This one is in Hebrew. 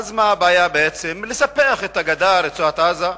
מה הבעיה לספח את הגדה, את רצועת-עזה,